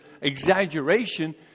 exaggeration